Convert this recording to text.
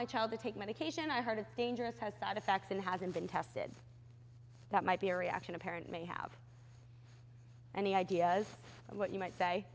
my child to take medication i heard it's dangerous has side effects and hasn't been tested that might be a reaction a parent may have any ideas of what you might say